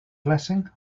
blessing